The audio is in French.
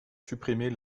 supprimer